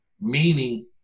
Meaning